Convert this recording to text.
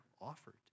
offered